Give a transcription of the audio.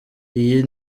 iyi